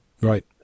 Right